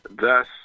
thus